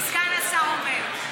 אם סגן השר אומר,